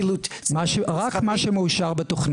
אין לי העדפה לאורך של